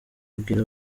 abwira